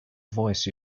voice